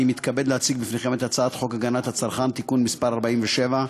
אני מתכבד להציג בפניכם את הצעת חוק הגנת הצרכן (תיקון מס' 47),